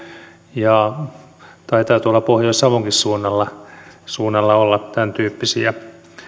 ja taitaa tuolla pohjois savonkin suunnalla suunnalla olla tämäntyyppisiä